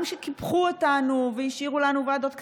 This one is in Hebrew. גם כשקיפחו אותנו והשאירו לנו ועדות קטנות,